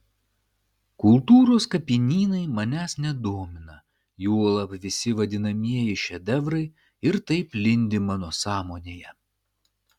kultūros kapinynai manęs nedomina juolab visi vadinamieji šedevrai ir taip lindi mano sąmonėje